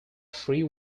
free